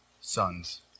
sons